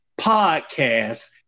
podcast